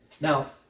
Now